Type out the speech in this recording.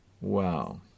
Wow